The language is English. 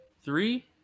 three